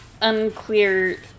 unclear